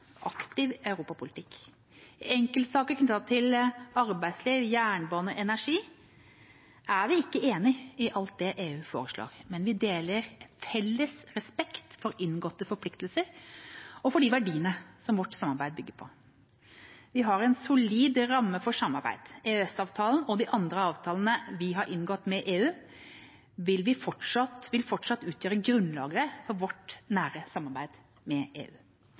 aktiv europapolitikk. I enkeltsaker knyttet til arbeidsliv, jernbane og energi er vi ikke enig i alt EU foreslår, men vi deler en felles respekt for inngåtte forpliktelser og for de verdiene vårt samarbeid bygger på. Vi har en solid ramme for samarbeidet. EØS-avtalen og de andre avtalene vi har inngått med EU, vil fortsatt utgjøre grunnlaget for vårt nære samarbeid med EU.